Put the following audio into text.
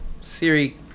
Siri